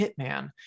Hitman